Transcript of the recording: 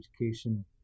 education